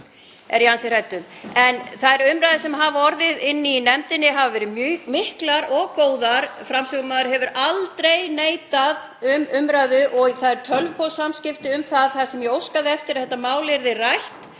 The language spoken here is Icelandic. er ég ansi hrædd um. En þær umræður sem verið hafa í nefndinni hafa verið miklar og góðar. Framsögumaður hefur aldrei neitað um umræðu og það eru tölvupóstsamskipti um það þar sem ég óskaði eftir að þetta mál yrði rætt